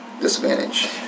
Disadvantage